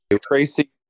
Tracy